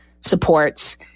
supports